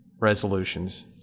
resolutions